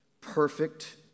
perfect